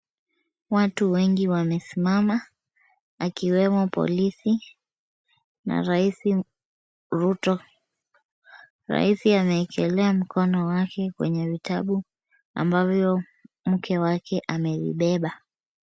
Watu wengu wamesimama ikiwemo polisi na rais Ruto. Rais ameekelea mkono wake kwenye vitabu ambavyo mke wake amevibeba.